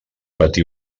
patí